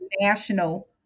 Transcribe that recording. national